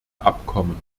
abkommen